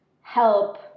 help